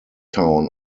town